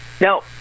No